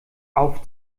auf